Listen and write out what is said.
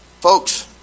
Folks